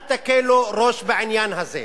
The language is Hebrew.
אל תקלו ראש בעניין הזה.